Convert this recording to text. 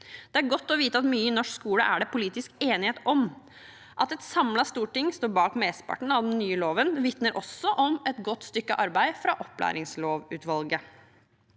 Det er godt å vite at mye i norsk skole er det politisk enighet om. At et samlet storting står bak mesteparten av den nye loven, vitner også om et godt stykke arbeid fra opplæringslovutvalget.